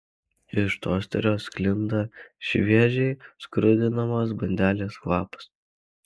iš tosterio sklinda šviežiai skrudinamos bandelės kvapas